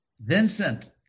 Vincent